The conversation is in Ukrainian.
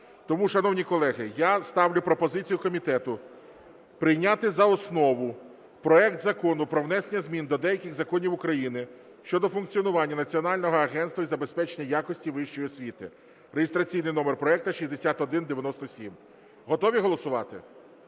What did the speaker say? Тому, шановні колеги, я ставлю пропозицію комітету прийняти за основу проект Закону про внесення змін до деяких законів України щодо функціонування Національного агентства із забезпечення якості вищої освіти (реєстраційний номер проекту 6197). Готові голосувати?